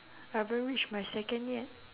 I haven't reach my second yet